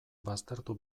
baztertu